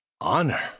Honor